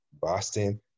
Boston